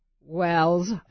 Wells